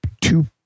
two